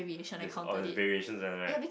this oh there's variations one right